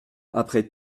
après